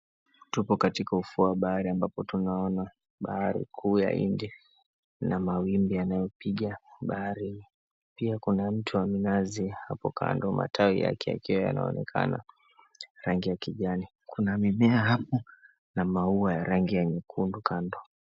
Tupo katika ufuo wa bahari ambapo tunaona bahari kuu ya Indi na mawimbi yanayopiga bahari. Pia kuna mti wa mnazi hapo kando, matawi yake yakiwa yanaonekana rangi ya kijani. Kuna mimea hapo na maua ya rangi ya nyekundu kando.